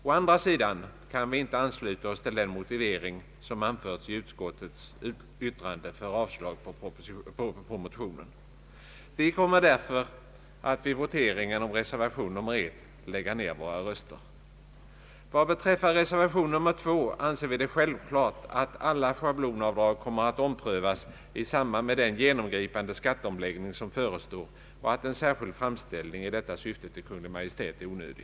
Å andra sidan kan vi inte ansluta oss till den motivering som anförts i utskottets yttrande för avslag på motionen. Vi kommer därför att vid voteringen om reservation nr 1 lägga ned våra röster. Vad beträffar reservation nr 2 anser vi det självklart att alla schablonavdrag kommer att omprövas i samband med den genomgripande skatteomläggning som föreslås och att en särskild framställning i detta syfte till Kungl. Maj:t är onödig.